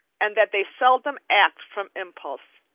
and that they seldom act from impulse.